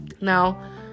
Now